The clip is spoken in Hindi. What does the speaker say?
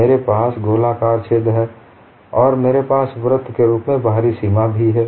मेरे पास गोलाकार छेद है और मेरे पास वृत्त के रूप में बाहरी सीमा भी है